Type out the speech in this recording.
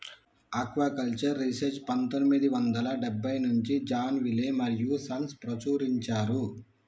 aquaculture research పందొమ్మిది వందల డెబ్బై నుంచి జాన్ విలే మరియూ సన్స్ ప్రచురించారు